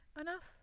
enough